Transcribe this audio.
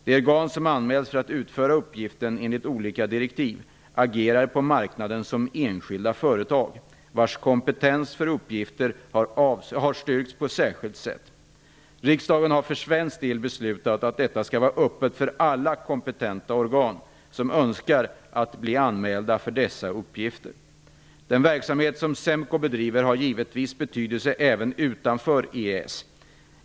De organ som anmäls för att utföra uppgiften enligt olika direktiv agerar på marknaden som enskilda företag, vilkas kompetens för uppgiften har styrkts på särskilt sätt. Riksdagen har för svensk del beslutat att det skall vara öppet för alla kompetenta organ som så önskar att bli anmälda för dessa uppgifter. Den verksamhet SEMKO bedriver har givetvis betydelse även utanför EES.